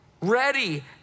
ready